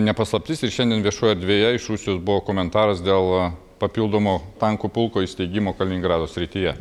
ne paslaptis ir šiandien viešoje erdvėje iš rusijos buvo komentaras dėl papildomo tankų pulko įsteigimo kaliningrado srityje